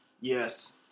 Yes